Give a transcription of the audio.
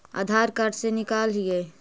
आधार card से निकाल हिऐ?